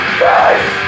face